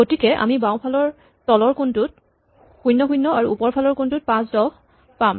গতিকে আমি বাওঁফালৰ তলৰ কোণটোত ০ ০ আৰু ওপৰৰ সোঁফালৰ কোণটোত ৫ ১০ পাম